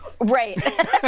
Right